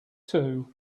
too